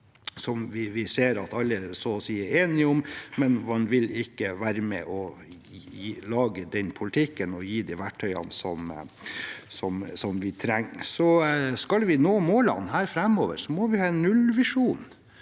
vi ser at alle så å si er enige om, men man vil ikke være med og lage den politikken og gi de verktøyene som vi trenger. Skal vi nå målene framover, må vi ha en nullvisjon